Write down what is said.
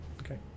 Okay